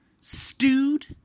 Stewed